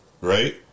Right